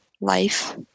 life